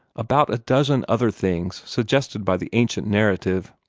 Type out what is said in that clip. about a dozen other things suggested by the ancient narrative.